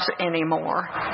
anymore